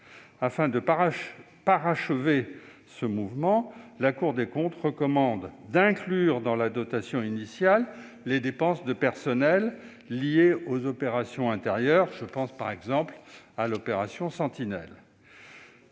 Afin de parachever ce mouvement, la Cour des comptes recommande d'inclure dans la dotation initiale les dépenses de personnel liées aux opérations intérieures telles que l'opération Sentinelle.